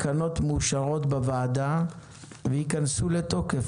התקנות מאושרות בוועדה וייכנסו לתוקף